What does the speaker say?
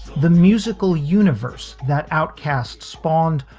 the musical universe that outcaste spawned,